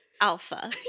Alpha